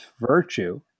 virtue